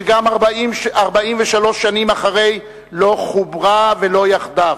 שגם 43 שנים אחרי לא חוברה ולא יחדיו,